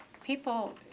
People